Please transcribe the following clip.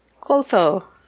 Clotho